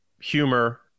humor